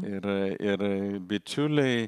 ir ir bičiuliai